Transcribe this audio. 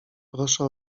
proszę